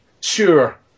sure